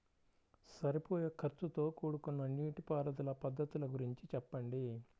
సరిపోయే ఖర్చుతో కూడుకున్న నీటిపారుదల పద్ధతుల గురించి చెప్పండి?